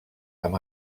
amb